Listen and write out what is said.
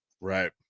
Right